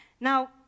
Now